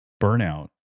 burnout